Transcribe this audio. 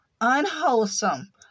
unwholesome